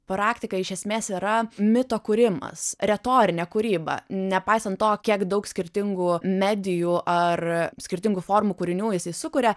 praktika iš esmės yra mito kūrimas retorinė kūryba nepaisant to kiek daug skirtingų medijų ar skirtingų formų kūrinių jisai sukuria